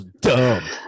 dumb